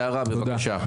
אלי דלל (יו”ר הוועדה לזכויות הילד): בבקשה יערה.